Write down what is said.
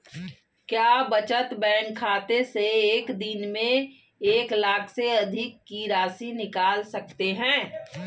क्या बचत बैंक खाते से एक दिन में एक लाख से अधिक की राशि निकाल सकते हैं?